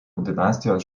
dinastijos